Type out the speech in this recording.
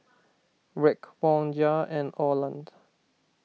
Raekwon Jair and Orland